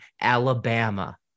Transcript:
alabama